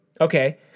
Okay